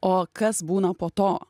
o kas būna po to